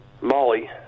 Molly